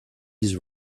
his